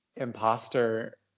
imposter